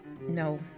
No